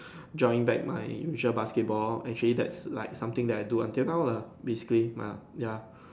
joined back my usual basketball actually that's like something that I do until now lah basically mah ya